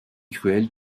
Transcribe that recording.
cruel